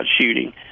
shooting